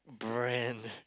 brand